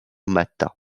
matha